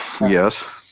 yes